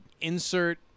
insert